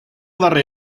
darrer